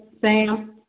Sam